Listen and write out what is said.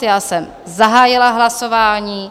Já jsem zahájila hlasování.